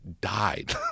died